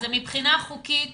מבחינה חוקית